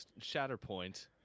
Shatterpoint